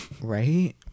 right